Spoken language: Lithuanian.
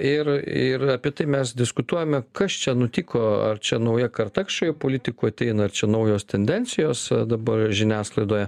ir ir apie tai mes diskutuojame kas čia nutiko ar čia nauja karta kažkaip politikų ateina čia naujos tendencijos dabar žiniasklaidoje